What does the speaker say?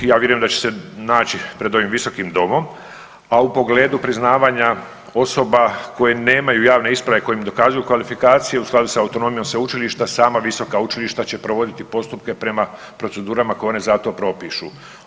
I ja vjerujem da će se naći pred ovim Visokim domom, a u pogledu priznavanja osoba koje nemaju javne isprave koje im dokazuju kvalifikacije u skladu sa autonomijom sveučilišta sama visoka učilišta će provoditi postupke prema procedurama koje one za to propišu.